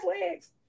legs